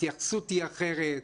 ההתייחסות היא אחרת.